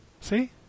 See